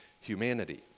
humanity